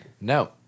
No